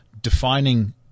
defining